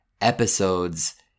episodes